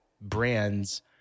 brands